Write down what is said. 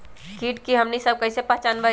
किट के हमनी सब कईसे पहचान बई?